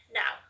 now